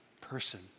person